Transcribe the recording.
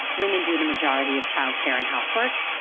women do the majority of childcare and housework.